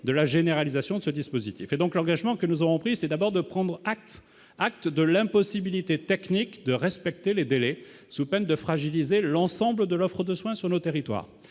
de la généralisation de ce dispositif et donc l'engagement que nous avons pris, c'est d'abord de prendre acte, acte de l'impossibilité technique de respecter les délais sous peine de fragiliser l'ensemble de l'offre de soins sur le territoire